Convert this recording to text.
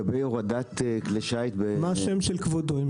מה השם של כבודו?